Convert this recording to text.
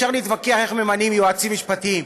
אפשר להתווכח איך ממנים יועצים משפטיים.